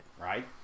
right